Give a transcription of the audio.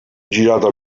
girato